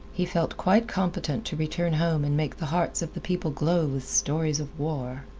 he felt quite competent to return home and make the hearts of the people glow with stories of war.